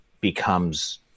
becomes